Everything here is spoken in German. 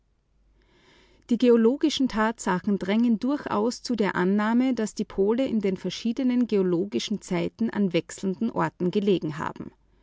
die geologischen tatsachen drängen wie in neuerer zeit immer mehr anerkannt wird durchaus zu der annahme daß die pole in den verschiedenen geologischen zeiten an verschiedenen orten gelegen haben